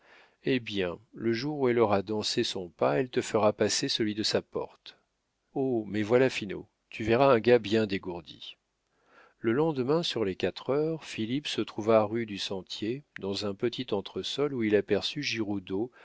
eh bien le jour où elle aura dansé son pas elle te fera passer celui de la porte oh mais voilà finot tu verras un gars bien dégourdi le lendemain sur les quatre heures philippe se trouva rue du sentier dans un petit entresol où il aperçut giroudeau